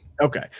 Okay